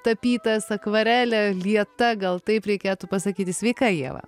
tapytas akvarele lieta gal taip reikėtų pasakyti sveika ieva